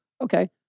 okay